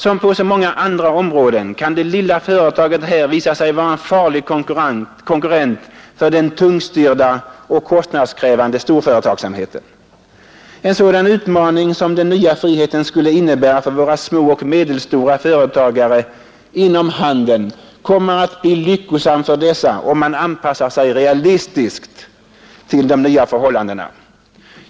Som på så många andra områden kan det lilla företaget här visa sig vara en farlig konkurrent för den tungstyrda och kostnadskrävande storföretagsamheten. En sådan utmaning som den nya friheten skulle innebära för våra små och medelstora företagare inom handeln kommer att bli lyckosam för dessa, om man anpassar sig realistiskt till de nya förhållandena.